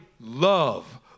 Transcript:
love